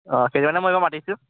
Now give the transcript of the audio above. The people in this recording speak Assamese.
অঁ সেইটো কাৰণে মই এইবোৰ মাতিছোঁ